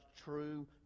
true